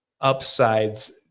upsides